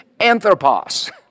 anthropos